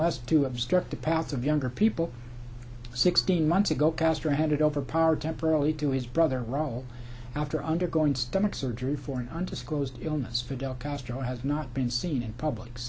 less to obstruct the path of younger people sixteen months ago castro handed over power to proly to his brother raul after undergoing stomach surgery for an undisclosed illness fidel castro has not been seen in public